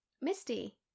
Misty